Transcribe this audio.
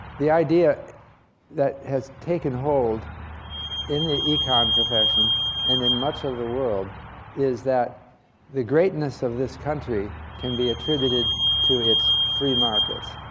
the idea that has taken hold in the econ profession and in much of the world is that the greatness of this country can be attributed to its free markets.